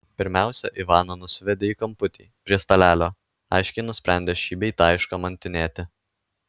pirmiausia ivaną nusivedė į kamputį prie stalelio aiškiai nusprendę šį bei tą iškamantinėti